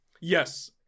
Yes